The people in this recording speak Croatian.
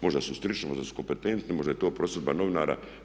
Možda su stručni, možda su kompetentni, možda je to prosudba novinara.